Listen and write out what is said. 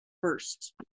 first